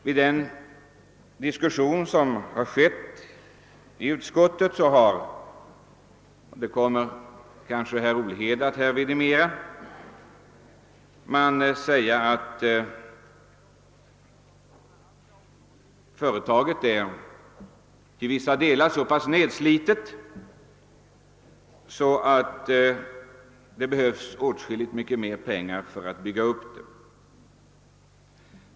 Vid den diskussion som har förts i utskottet har man sagt — och det kommer kanske herr Olhede också att göra här — att företaget till vissa delar är så nedslitet att det behövs åtskilligt mycket mer pengar för att bygga upp det.